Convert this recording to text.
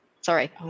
Sorry